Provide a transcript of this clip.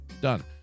Done